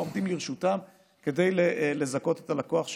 העומדים לרשותם כדי לזכות את הלקוח שלהם.